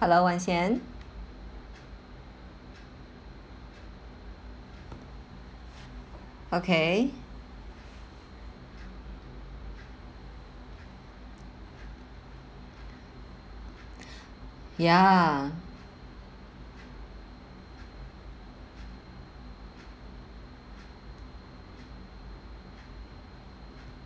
hello wan sien okay ya